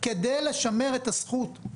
כדי לשמר את הזכות.